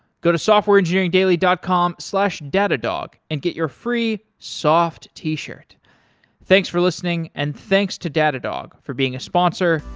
go to softwareengineeringdaily dot com slash datadog and get your free soft t-shirt thanks for listening and thanks to datadog for being a sponsor.